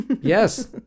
Yes